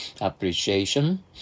appreciation